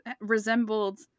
resembled